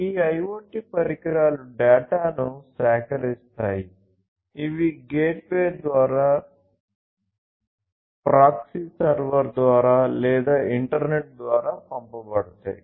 ఈ IoT పరికరాలు డేటాను సేకరిస్తాయి ఇవి గేట్వే ద్వారా ప్రాక్సీ సర్వర్ ద్వారా లేదా ఇంటర్నెట్ ద్వారా పంపబడతాయి